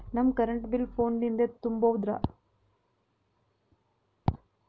ನಮ್ current bill ಫೋನ ಲಿಂದೇ ತುಂಬೌದ್ರಾ?